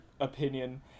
opinion